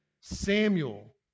Samuel